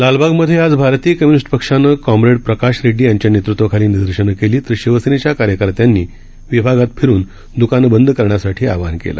लालबागमध्येआजभारतीयकम्य्निस्टपक्षानंकॉम्रेडप्रकाशरेड्डीयांच्यानेतृत्वाखालीनिदर्शनंकेली तरशिवसेनेच्याकार्यकर्त्यांनीविभागातफिरूनद्कानंबंदकरण्यासाठीआवाहनकेलं